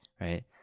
right